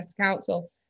Council